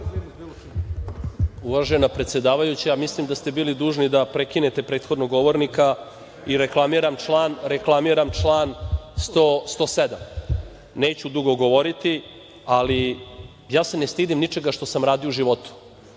Uvažena predsedavajuća, mislim da ste bili dužni da prekinete prethodnog govornika i reklamiram član 107.Neću dugo govoriti, ali ja se ne stidim ničega što sam radio u životu.